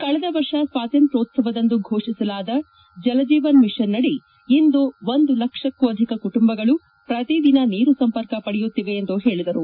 ಕಳೆದ ವರ್ಷ ಸ್ವಾತಂತ್ರ್ಯೋತ್ಸವದಂದು ಘೋಷಿಸಲಾದ ಜಲ್ ಜೀವನ್ ಮಿಷನ್ನಡಿ ಇಂದು ಒಂದು ಲಕ್ಷಕ್ಕೂ ಅಧಿಕ ಕುಟುಂಬಗಳು ಪ್ರತಿದಿನ ನೀರು ಸಂಪರ್ಕ ಪಡೆಯುತ್ತಿವೆ ಎಂದು ಹೇಳಿದರು